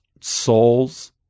souls